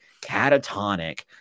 catatonic